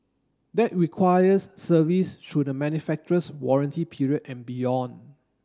that requires service through the manufacturer's warranty period and beyond